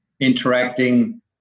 interacting